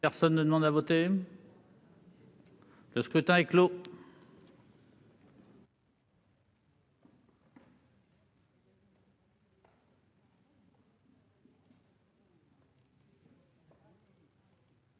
Personne ne demande plus à voter ?... Le scrutin est clos.